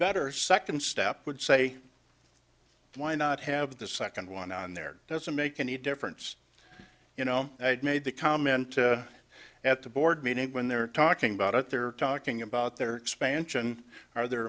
better second step would say why not have the second one on there doesn't make any difference you know i had made the comment at the board meeting when they're talking about it they're talking about their expansion or their